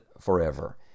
forever